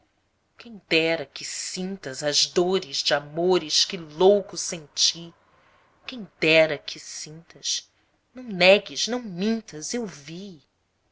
quem dera que sintas as dores de amores que louco senti quem dera que sintas não negues não mintas eu vi